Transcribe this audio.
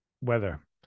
weather